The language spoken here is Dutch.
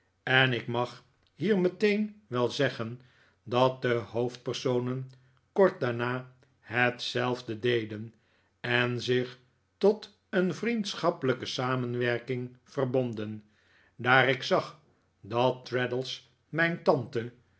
en ik mag hier meteen wel zeggen dat de hoofdpersonen kort daarna hetzelfde deden en zich tot een vriendschappelijke samenwerking verbonden daar ik zag dat traddles mijn tante